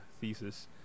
thesis